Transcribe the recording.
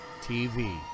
TV